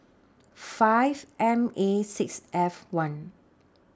five M A six F one